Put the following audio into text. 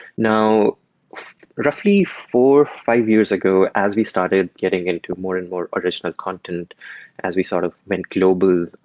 now roughly four, five years ago as we started getting into more and more additional content as we sort of went global,